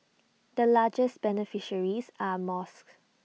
the largest beneficiaries are mosques